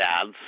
ads